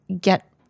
get